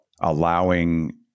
allowing